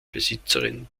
besitzerin